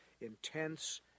intense